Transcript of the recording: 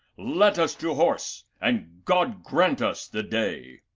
let us to horse and god grant us the day!